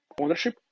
ownership